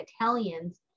Italians